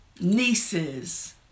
nieces